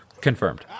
Confirmed